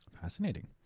fascinating